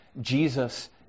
Jesus